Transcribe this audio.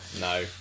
no